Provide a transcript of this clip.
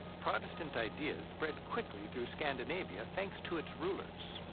protestant ideas spread quickly through scandinavia, thanks to its rulers.